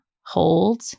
hold